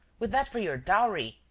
with that for your dowry,